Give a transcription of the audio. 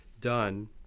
done